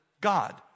God